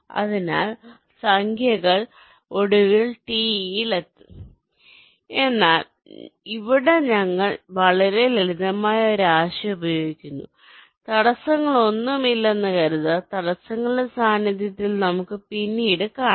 അതിനാൽ സംഖ്യകൾ ഒടുവിൽ ടിയിൽ എത്തും എന്നാൽ ഇവിടെ ഞങ്ങൾ വളരെ ലളിതമായ ഒരു ആശയം ഉപയോഗിക്കുന്നു തടസ്സങ്ങളൊന്നുമില്ലെന്ന് കരുതുക തടസ്സങ്ങളുടെ സാന്നിധ്യത്തിൽ നമുക്ക് പിന്നീട് കാണാം